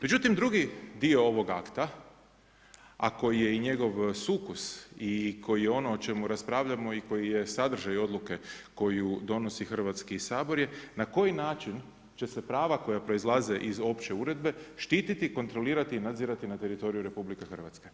Međutim, drugi dio ovog akta, a koji je njegov sukus i koji ono o čemu raspravljamo i koji je sadržaj odluke koju donosi Hrvatski sabor je na koji način će se prava koja proizlaze iz opće uredbe, štiti, kontrolirati i nadzirati na teritoriju RH.